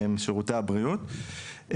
שירותי הבריאות.